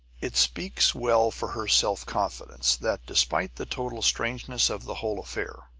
it speaks well for her self-confidence that, despite the total strangeness of the whole affair